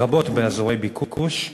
לרבות באזורי ביקוש,